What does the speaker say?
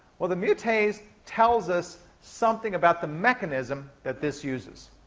well, the mutase tells us something about the mechanism that this uses.